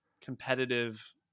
competitive